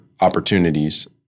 opportunities